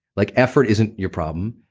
like effort isn't your problem.